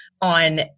on